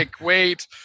wait